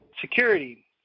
security